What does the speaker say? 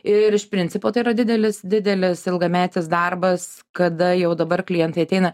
ir iš principo tai yra didelis didelis ilgametis darbas kada jau dabar klientai ateina